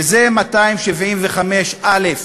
שזה 275א,